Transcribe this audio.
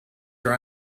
are